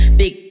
big